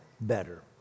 better